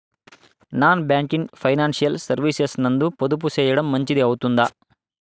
Non banking financial services నందు పొదుపు సేయడం మంచిది అవుతుందా?